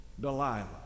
Delilah